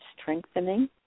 strengthening